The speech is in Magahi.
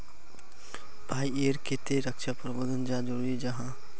भाई ईर केते रक्षा प्रबंधन चाँ जरूरी जाहा?